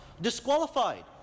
Disqualified